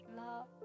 love